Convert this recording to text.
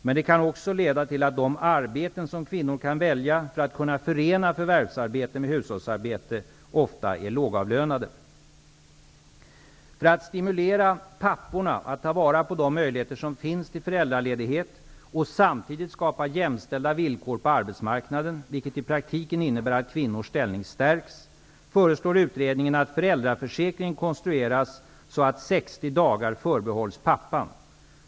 Men det kan också leda till att de arbeten som kvinnor kan välja för att kunna förena förvärvsarbete med hushållsarbete ofta är lågavlönade. För att stimulera papporna att ta vara på de möjligheter som finns till föräldraledighet och samtidigt skapa jämställda villkor på arbetsmarknaden -- vilket i praktiken innebär att kvinnors ställning stärks -- föreslår utredningen att föräldraförsäkringen konstrueras så, att 60 dagar förbehålls pappan.